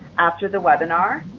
after the webinar.